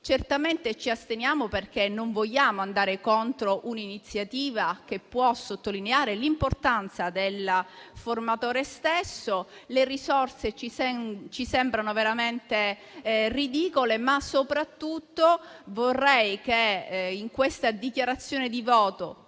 Certamente ci asteniamo perché non vogliamo andare contro un'iniziativa che può sottolineare l'importanza del formatore. Le risorse ci sembrano veramente ridicole, ma soprattutto, con questa dichiarazione di voto